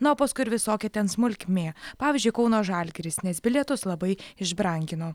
na o paskui ir visokia ten smulkmė pavyzdžiui kauno žalgiris nes bilietus labai išbrankino